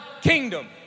kingdom